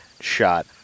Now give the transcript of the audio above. shot